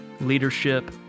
leadership